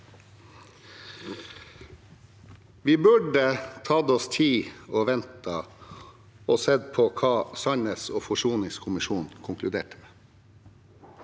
Vi burde tatt oss tid og ventet og sett på hva sannhets- og forsoningskommisjonen konkluderte med.